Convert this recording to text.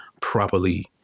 properly